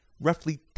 roughly